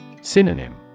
Synonym